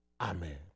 amen